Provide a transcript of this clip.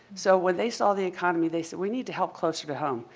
so when they saw the economy they said, we need to help closer to home.